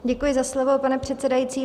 Děkuji za slovo, pane předsedající.